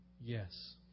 yes